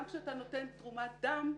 גם כשאתה נותן תרומת דם,